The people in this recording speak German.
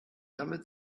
damit